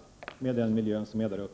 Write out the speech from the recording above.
önskar, kunna återvända till Turkiet?